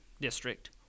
District